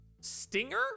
stinger